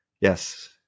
Yes